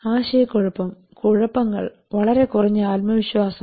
ആശയക്കുഴപ്പം കുഴപ്പങ്ങൾ വളരെ കുറഞ്ഞ ആത്മവിശ്വാസം